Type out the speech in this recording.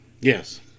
Yes